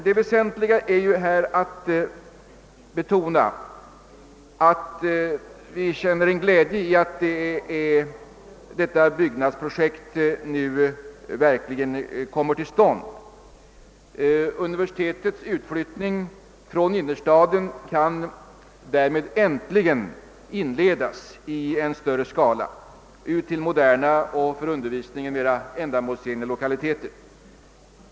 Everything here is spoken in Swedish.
Jag vill betona att vi känner glädje över att frescatiprojektet nu verkligen kommer till stånd. Stockholms universitets utflyttning från innerstaden till modernare och för undervisningen mera ändamålsenliga lokaliteter kan därmed äntligen inledas i större skala.